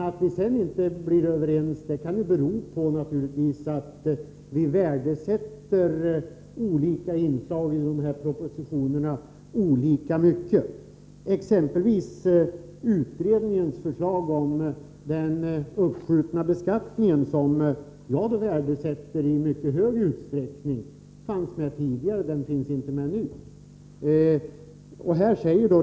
Att vi inte blir överens kan naturligtvis bero på att vi värdesätter olika inslag i propositionerna olika mycket. Jag värdesätter exempelvis i hög grad kooperationsutredningens förslag om uppskjuten beskattning, som fanns med i den tidigare propositionen men som saknas nu.